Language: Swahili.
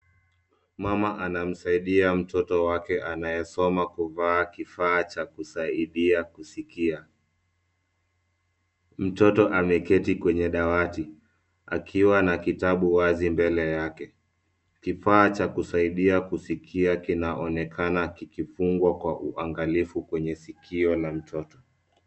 Mama anamsaidia mtoto wake anayesoma kuvaa kifaa cha kusaidia kusikia. Mtoto ameketi kwenye dawati akiwa na kitabu wazi mbele yake. Kifaa cha kusaidia kusikia kinaonekana kikifungwa kwa uangalifu kwenye sikio la mtoto.